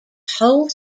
whole